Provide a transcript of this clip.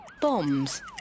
bombs